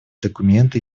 документы